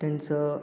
त्यांचं